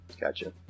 Gotcha